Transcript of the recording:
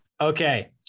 Okay